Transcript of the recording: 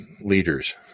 leaders